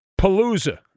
palooza